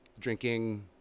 drinking